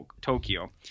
Tokyo